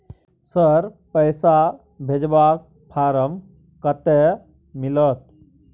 Sir, पैसा भेजबाक form कत्ते मिलत?